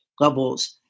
levels